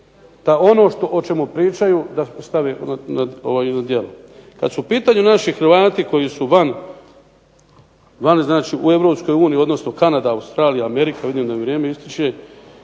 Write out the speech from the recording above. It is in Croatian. da ono o čemu pričaju da stave na djelo. Kad su u pitanju naši Hrvati koji su vani, znači u Europskoj uniji, odnosno Kanada, Australija, Amerika, vidim da mi vrijeme ističe,